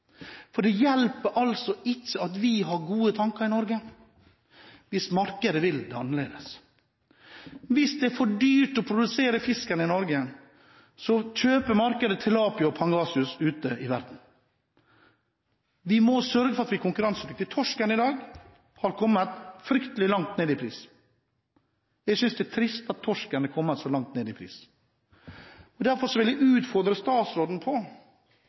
markedet. Det hjelper ikke at vi har gode tanker i Norge hvis markedet vil det annerledes. Hvis det er for dyrt å produsere fisken i Norge, kjøper markedet tilapia og pangasius ute i verden. Vi må sørge for at vi er konkurransedyktige. Prisen på torsk har blitt fryktelig lav. Jeg synes det er trist at torsken har fått så lav pris. Derfor vil jeg utfordre statsråden på